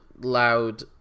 loud